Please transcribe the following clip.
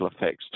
effects